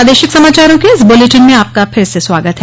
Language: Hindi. प्रादेशिक समाचारों के इस बुलेटिन में आपका फिर से स्वागत है